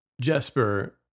Jesper